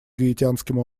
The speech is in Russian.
гаитянским